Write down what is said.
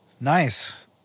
Nice